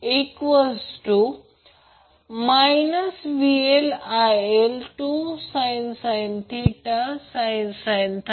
आता प्रश्न आहे की आपल्याला माहित आहे की √ 3 VL IL cos 1 P1